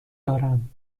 دارم